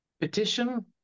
petition